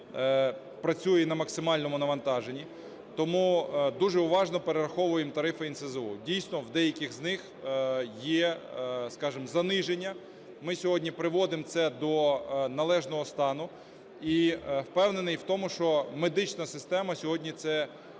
працює на максимальному навантаженні. Тому дуже уважно перераховуємо тарифи НСЗУ. Дійсно, в деяких з них є, скажімо, заниження. Ми сьогодні приводимо це до належного стану. І впевнений в тому, що медична система сьогодні це